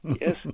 Yes